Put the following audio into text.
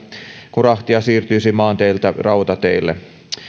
kun rahtia siirtyisi maanteiltä rautateille